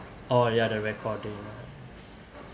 oh ya the recording right